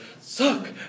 suck